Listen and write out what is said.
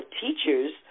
teachers